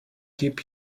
keep